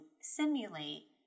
simulate